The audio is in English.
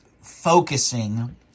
focusing